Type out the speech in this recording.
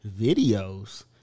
videos